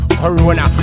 corona